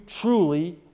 truly